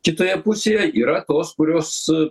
kitoje pusėje yra tos kurios